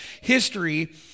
history